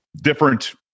different